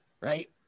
Right